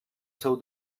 seu